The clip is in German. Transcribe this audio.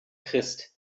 christ